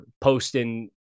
posting